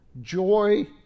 Joy